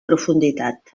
profunditat